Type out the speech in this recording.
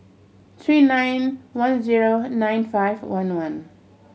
three nine one zero nine five one one